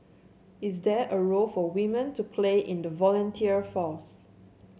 is there a role for women to play in the volunteer force